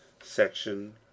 SECTION